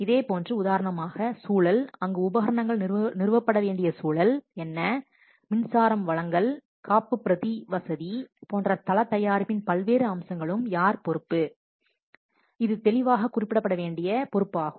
இதேபோன்று உதாரணமாக சூழல் அங்கு உபகரணங்கள் நிறுவப்பட வேண்டிய சூழல் என்ன மின்சாரம் வழங்கல் காப்புப் பிரதி வசதி போன்ற தளத் தயாரிப்பின் பல்வேறு அம்சங்களுக்கு யார் பொறுப்பு இது தெளிவாகக் குறிப்பிடப்பட வேண்டிய பொறுப்பு ஆகும்